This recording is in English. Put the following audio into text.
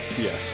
Yes